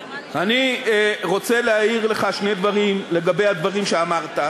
אני רוצה להעיר לך שני דברים לגבי הדברים שאמרת,